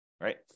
right